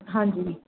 ਹਾਂਜੀ